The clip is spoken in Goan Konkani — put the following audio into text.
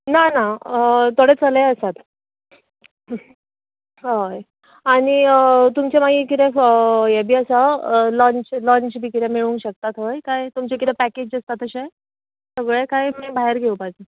ना ना थोडे चले आसात हय आनी तुमचें मागीर कितें हें बी आसा लंच लंच बी कितें आसा कितें मेळूंक शकता थंय काय तुमचे कितें पॅकेज आसता तशें सगले काय आमी भायर घेवपाचें